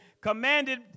commanded